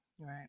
Right